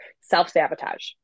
self-sabotage